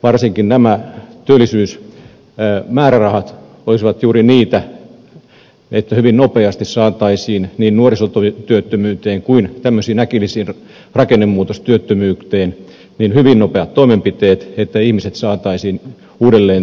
varsinkin nämä työllisyysmäärärahat olisivat juuri niitä että hyvin nopeasti saataisiin niin nuorisotyöttömyyteen kuin tämmöiseen äkilliseen rakennemuutostyöttömyyteenkin hyvin nopeat toimenpiteet että ihmiset saataisiin uudelleen työuralle